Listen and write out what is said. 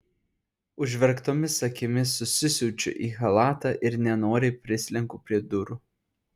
užverktomis akimis susisiaučiu į chalatą ir nenoriai prislenku prie durų